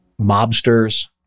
mobsters